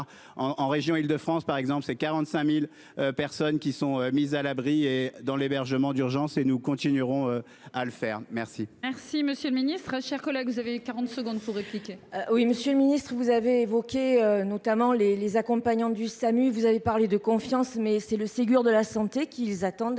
en région Île-de-France, par exemple, c'est 45.000 personnes qui sont mises à l'abri et dans l'hébergement d'urgence et nous continuerons à le faire. Merci. Merci, monsieur le Ministre, chers collègues, vous avez 40 secondes pour. Oui, Monsieur le Ministre, vous avez évoqué notamment les les accompagnants du SAMU. Vous avez parlé de confiance mais c'est le Ségur de la santé qu'ils attendent